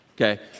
Okay